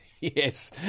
Yes